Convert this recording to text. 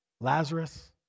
Lazarus